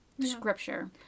scripture